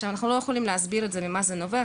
אנחנו לא יכולים להסביר ממה זה נובע.